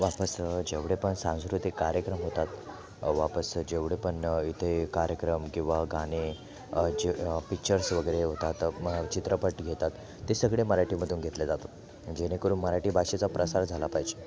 वापस जेवढे पण सांस्कृतिक कार्यक्रम होतात वापस जेवढे पण इथे कार्यक्रम किंवा गाणे पिक्चर्स वगैरे होतात मग चित्रपट घेतात ते सगळे मराठीमधून घेतले जातात जेणेकरून मराठी भाषेचा प्रसार झाला पाहिजे